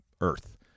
Earth